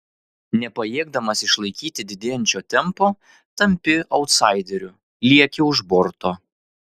nepajėgdamas išlaikyti didėjančio tempo tampi autsaideriu lieki už borto